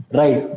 right